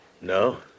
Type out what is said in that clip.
No